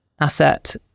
asset